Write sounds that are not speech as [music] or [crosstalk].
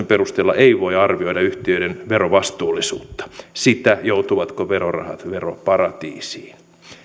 [unintelligible] perusteella ei voi arvioida yhtiöiden verovastuullisuutta sitä joutuvatko verorahat veroparatiisiin